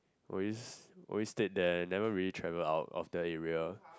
always always stayed there never really travel out of the area